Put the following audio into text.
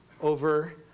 over